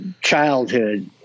childhood